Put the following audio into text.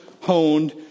honed